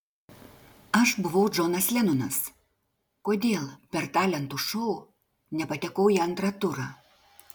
aš buvau džonas lenonas kodėl per talentų šou nepatekau į antrą turą